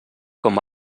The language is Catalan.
com